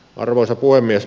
arvoisa puhemies